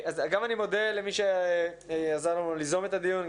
גם אני מודה למי שעזר לנו ליזום את הדיון,